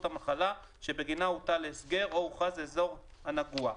המחלה שבגינה הוטל ההסגר או הוכרז האזור הנגוע.